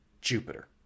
Jupiter